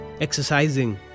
exercising